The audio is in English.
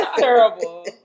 terrible